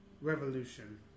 revolution